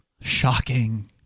Shocking